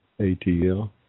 ATL